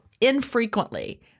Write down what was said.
infrequently